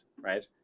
right